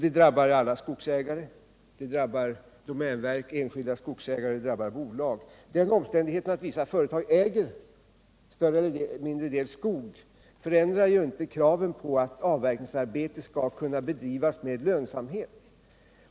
Detta drabbar alla skogsägare — domänverket, enskilda skogsägare och bolag. Den omständigheten att vissa företag äger en större eller mindre del av skogen förändrar ju inte kraven på att avverkningsarbete skall kunna bedrivas med lönsamhet.